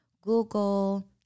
Google